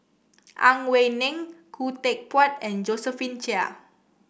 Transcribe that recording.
Ang Wei Neng Khoo Teck Puat and Josephine Chia